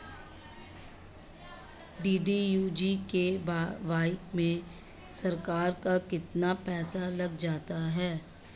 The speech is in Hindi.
डी.डी.यू जी.के.वाई में सरकार का कितना पैसा लग जाता है?